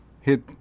hit